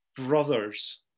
brothers